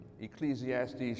ecclesiastes